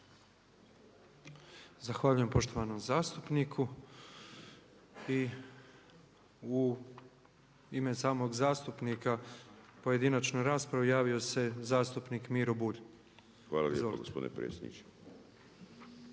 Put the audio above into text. Zahvaljujem poštovanom zastupniku i u ime samog zastupnika pojedinačnu raspravu javio se zastupnik Miro Bulj. **Bulj, Miro